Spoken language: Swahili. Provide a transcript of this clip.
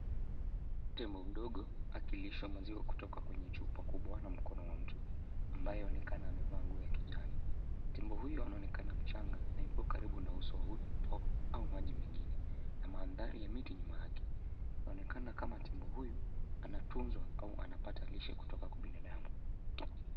Tembo mdogo akilishwa maziwa kutoka kwenye chupa kubwa na mkono wa mtu anayeonekan amevaa nguo ya kijani. Tembo huyu anaonekana kuwa mchanga na yuko karibu na uso wa mto au maji mengine na manthari ya miti nyuma yake . Anaonekana kama tembo huyu anatunzwa au anapata lishe kutoka kwa mwanadamu.